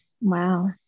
Wow